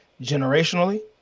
generationally